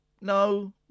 no